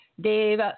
Dave